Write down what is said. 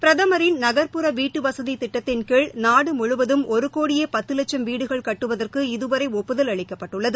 பிரதமின் நகர்புற வீட்டுவசதி திட்டத்தின் கீழ் நாடு முழுவதும் ஒரு கோடியே பத்து லட்சம் வீடுகள் கட்டுவதற்கு இதுவரை ஒப்புதல் அளிக்கப்பட்டுள்ளது